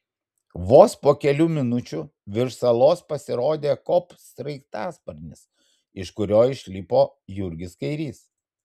vos po kelių minučių virš salos pasirodė kop sraigtasparnis iš kurio išlipo jurgis kairys